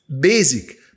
basic